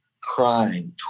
crying